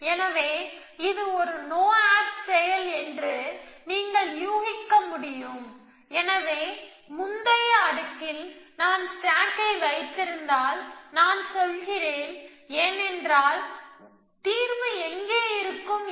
எனவே இது ஒரு நோ ஆப் செயல் என்று நீங்கள் யூகிக்க முடியும் எனவே முந்தைய அடுக்கில் நான் ஸ்டேக்கை வைத்திருந்தால் நான் சொல்கிறேன் ஏனென்றால் தீர்வு எங்கே என்று எனக்குத் தெரியும் எனவே கடைசி செயல் ஸ்டேக் A ஆன் B ஆக இருக்க வேண்டும்